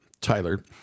Tyler